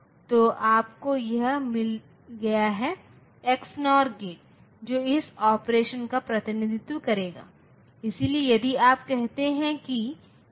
तो बेशक इन परिवारों में से प्रत्येक को अपने फायदे और नुकसान मिले हैं